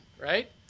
right